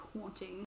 haunting